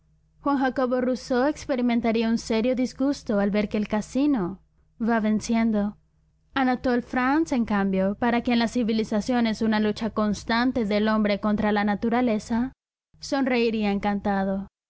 juan jacobo rousseau experimentaría un serio disgusto al ver que el casino va venciendo anatole france en cambio para quien la civilización es una lucha constante del hombre contra la naturaleza sonreiría encantado